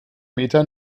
meter